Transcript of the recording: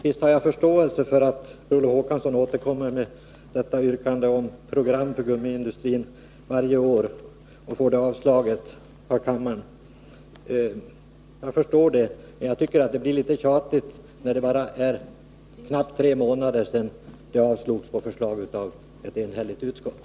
Visst har jag förståelse för att Per Olof Håkansson varje år återkommer med detta yrkande om ett program för gummiindustrin sedan han föregående år fått det avslaget av kammaren. Men det blir litet tjatigt, när det bara är knappt tre månader sedan yrkandet avslogs på förslag av ett enhälligt utskott.